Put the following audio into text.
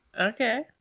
Okay